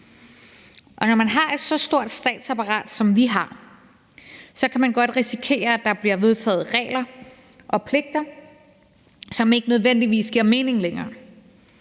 Og når man har et så stort statsapparat, som vi har, kan man godt risikere, at der er blevet vedtaget regler og pligter, som ikke nødvendigvis giver mening længere.